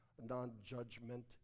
non-judgment